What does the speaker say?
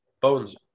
bones